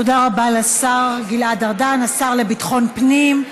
תודה רבה לשר גלעד ארדן, השר לביטחון הפנים.